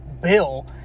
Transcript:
Bill